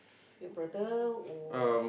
your brother or